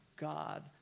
God